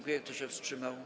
Kto się wstrzymał?